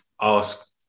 ask